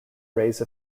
raise